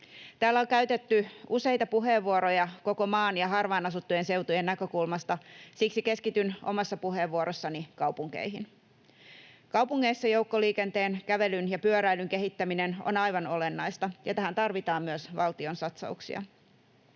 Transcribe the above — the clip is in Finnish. Täällä on käytetty useita puheenvuoroja koko maan ja harvaan asuttujen seutujen näkökulmasta. Siksi keskityn omassa puheenvuorossani kaupunkeihin. Kaupungeissa joukkoliikenteen, kävelyn ja pyöräilyn kehittäminen on aivan olennaista, ja tähän tarvitaan myös valtion satsauksia.